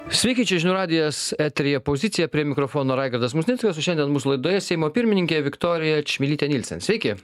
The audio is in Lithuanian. sveiki čia žinių radijas eteryje pozicija prie mikrofono raigardas musnickas šiandien mūsų laidoje seimo pirmininkė viktorija čmilytė nylsen sveiki